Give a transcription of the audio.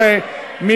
כנוסח הוועדה.